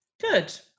Good